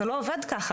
זה לא עובד ככה,